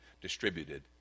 distributed